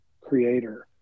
creator